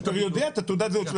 אבל השוטר יודע את תעודת הזהות שלו,